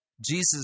Jesus